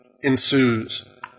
ensues